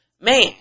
man